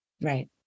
Right